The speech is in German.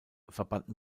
verbanden